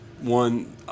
one